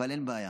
אבל אין בעיה,